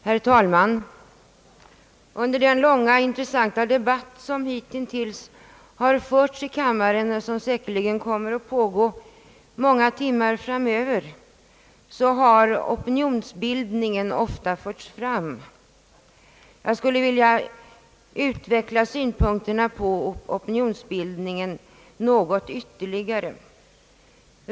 Herr talman! Under den långa och intressanta debatt som hittills pågått i kammaren och som säkerligen kommer att fortsätta många timmar framöver har opinionsbildningen ofta förts på tal. Jag skulle vilja utveckla synpunkterna på opinionsbildningen något ytterligare.